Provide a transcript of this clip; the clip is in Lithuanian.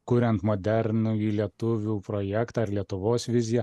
kuriant modernųjį lietuvių projektą ar lietuvos viziją